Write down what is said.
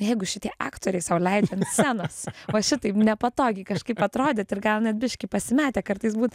jeigu šitie aktoriai sau leidžia ant scenos va šitaip nepatogiai kažkaip atrodyt ir gal net biškį pasimetę kartais būt